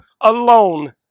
alone